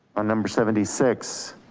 on number seventy six,